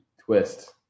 twist